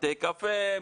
בתי קפה,